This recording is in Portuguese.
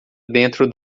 dentro